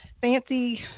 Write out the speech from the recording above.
fancy